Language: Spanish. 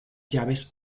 llaves